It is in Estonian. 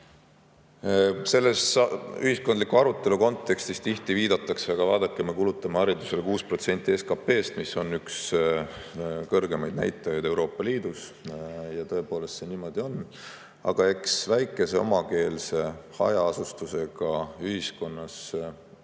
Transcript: Selles ühiskondliku arutelu kontekstis tihti viidatakse: aga vaadake, me kulutame haridusele 6% SKP-st, mis on üks kõrgeimaid näitajaid Euroopa Liidus. Ja tõepoolest see niimoodi on. Aga eks väikeses omakeelses hajaasustusega ühiskonnas kvaliteetse